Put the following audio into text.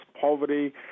poverty